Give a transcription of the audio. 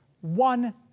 one